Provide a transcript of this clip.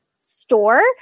store